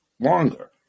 longer